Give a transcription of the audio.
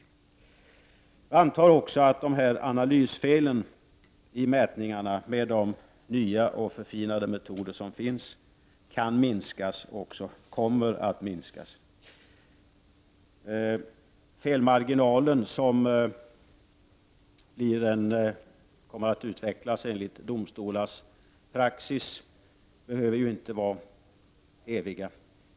Jag antar vidare att analysfelen i mätningarna med de nya och förfinade metoder som finns kommer att minskas. Den felmarginal som kommer att utvecklas enligt domstolarnas praxis behöver ju inte vara evig.